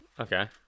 okay